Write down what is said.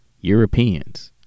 Europeans